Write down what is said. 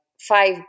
five